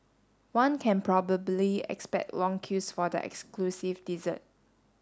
one can probably expect long queues for the exclusive dessert